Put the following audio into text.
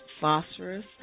phosphorus